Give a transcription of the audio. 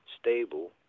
stable